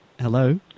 Hello